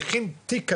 הוא הכין תיק כזה,